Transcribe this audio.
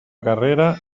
carrera